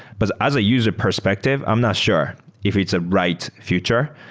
but as a user perspective, i'm not sure if it's a right future.